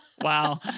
Wow